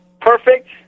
perfect